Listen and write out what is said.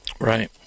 Right